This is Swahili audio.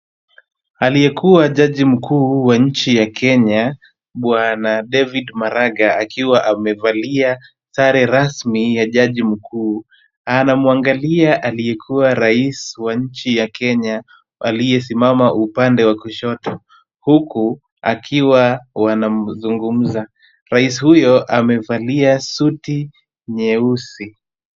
Aliyekuwa jaji mkuu wa nchi ya Kenya Bwana David Maraga akiwa amevalia sare rasmi ya jaji mkuu na anamwangalia aliyekuwa rais wa nchi ya Kenya aliyesimama upande wa kushoto, huku akiwa wanazungumza. Rais huyo amevalia suti nyeusi.